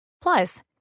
Plus